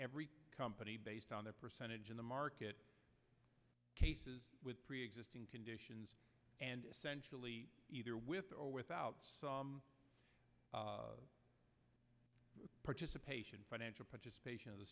every company based on the percentage of the market cases with preexisting conditions and essentially either with or without the participation financial participation of the